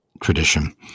tradition